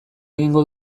egingo